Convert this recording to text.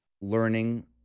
learning